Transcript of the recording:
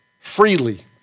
freely